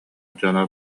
дьон